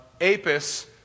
Apis